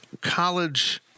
college